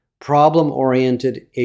problem-oriented